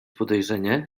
podejrzenie